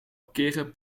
keren